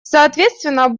соответственно